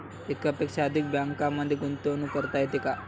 एकापेक्षा अधिक बँकांमध्ये गुंतवणूक करता येते का?